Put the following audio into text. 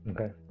Okay